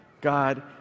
God